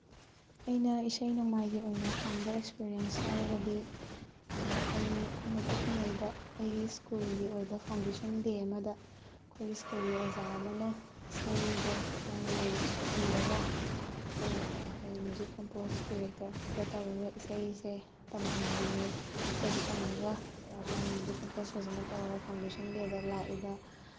ꯑꯩꯅ ꯏꯁꯩ ꯅꯣꯡꯃꯥꯏꯒꯤ ꯑꯣꯏꯅ ꯐꯪꯕ ꯑꯦꯛꯁꯄ꯭ꯔꯤꯌꯦꯟꯁ ꯍꯥꯏꯔꯒꯗꯤ ꯑꯩ ꯑꯩꯅ ꯄꯤꯛꯏꯉꯩꯗ ꯑꯩꯒꯤ ꯁ꯭ꯀꯨꯜꯒꯤ ꯑꯣꯏꯕ ꯐꯥꯎꯟꯗꯦꯁꯟ ꯗꯦ ꯑꯃꯗ ꯑꯩꯈꯣꯏꯒꯤ ꯁ꯭ꯀꯨꯜꯒꯤ ꯑꯣꯖꯥ ꯑꯃꯅ ꯏꯁꯩꯗꯣ ꯃꯥꯒꯤ ꯂꯤꯔꯤꯛꯁꯇꯣ ꯏꯔꯒ ꯑꯩꯈꯣꯏ ꯃ꯭ꯌꯨꯖꯤꯛ ꯀꯝꯄꯣꯁ ꯗꯤꯔꯦꯛꯇꯔꯗ ꯇꯧꯔꯒ ꯏꯁꯩꯁꯦ ꯇꯝꯍꯟꯒꯦ ꯏꯁꯩꯁꯦ ꯇꯝꯃꯒ ꯃꯥꯅ ꯃ꯭ꯌꯨꯖꯤꯛ ꯀꯝꯄꯣꯁ ꯐꯖꯅ ꯇꯧꯔꯒ ꯐꯥꯎꯟꯗꯦꯁꯟ ꯗꯦꯗ ꯂꯥꯛꯏꯕ